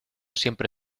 siempre